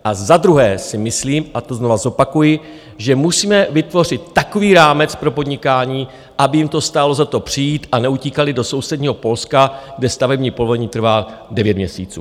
A za druhé si myslím, a to znova zopakuji, že musíme vytvořit takový rámec pro podnikání, aby jim to stálo za to přijít, a neutíkali do sousedního Polska, kde stavební povolení trvá devět měsíců.